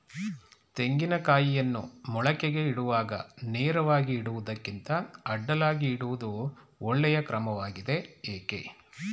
ತೆಂಗಿನ ಕಾಯಿಯನ್ನು ಮೊಳಕೆಗೆ ಇಡುವಾಗ ನೇರವಾಗಿ ಇಡುವುದಕ್ಕಿಂತ ಅಡ್ಡಲಾಗಿ ಇಡುವುದು ಒಳ್ಳೆಯ ಕ್ರಮವಾಗಿದೆ ಏಕೆ?